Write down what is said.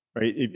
right